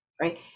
Right